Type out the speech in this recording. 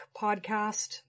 podcast